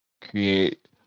create